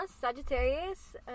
Sagittarius